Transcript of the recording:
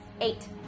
Eight